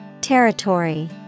Territory